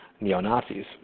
neo-Nazis